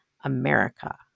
America